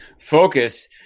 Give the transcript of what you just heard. focus